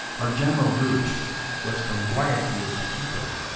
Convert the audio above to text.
our general route was from guayaquil to quito,